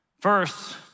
First